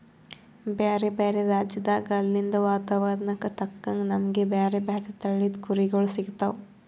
ಬ್ಯಾರೆ ಬ್ಯಾರೆ ರಾಜ್ಯದಾಗ್ ಅಲ್ಲಿಂದ್ ವಾತಾವರಣಕ್ಕ್ ತಕ್ಕಂಗ್ ನಮ್ಗ್ ಬ್ಯಾರೆ ಬ್ಯಾರೆ ತಳಿದ್ ಕುರಿಗೊಳ್ ಸಿಗ್ತಾವ್